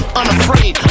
unafraid